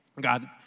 God